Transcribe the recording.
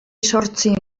zortzi